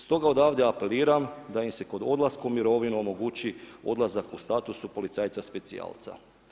Stoga odavde apeliram da im se kod odlaska u mirovinu omogući odlazak u statusu policajca specijalca.